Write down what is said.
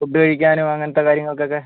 food കഴിക്കാനും അങ്ങനത്തെ കാര്യങ്ങൾക്കൊക്കെ